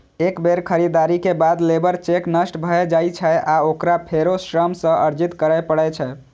एक बेर खरीदारी के बाद लेबर चेक नष्ट भए जाइ छै आ ओकरा फेरो श्रम सँ अर्जित करै पड़ै छै